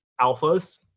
alphas